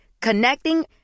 Connecting